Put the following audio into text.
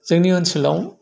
जोंनि ओनसोलाव